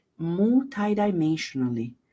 multidimensionally